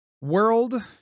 world